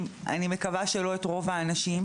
ואני מקווה שאתם לא מייצגים את רוב האנשים.